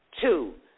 Two